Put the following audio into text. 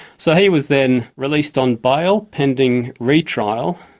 so he was then released on bail pending retrial,